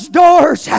doors